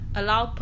allow